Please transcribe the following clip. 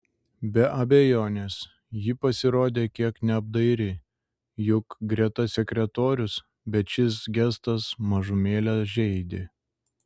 be abejonės ji pasirodė kiek neapdairi juk greta sekretorius bet šis gestas mažumėlę žeidė